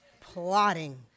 plotting